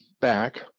back